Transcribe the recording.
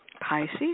Pisces